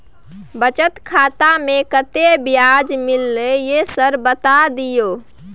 बचत खाता में कत्ते ब्याज मिलले ये सर बता दियो?